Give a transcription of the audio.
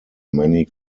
many